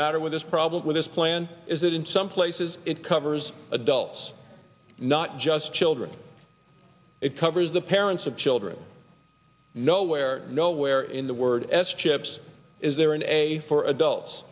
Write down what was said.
matter with this problem with this plan is that in some places it covers adults not just children it covers the parents of children nowhere nowhere in the word s chips is there an a for adults